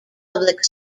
public